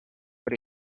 what